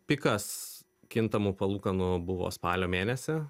pikas kintamų palūkanų buvo spalio mėnesį